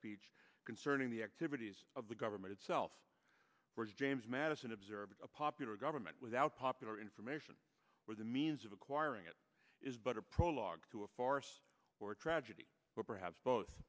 speech concerning the activities of the government itself where james madison observed a popular government without popular information or the means of acquiring it is but a prologue to a farce or a tragedy or perhaps both